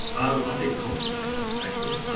i think constantly, actually.